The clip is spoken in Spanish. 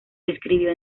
escribió